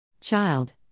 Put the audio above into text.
Child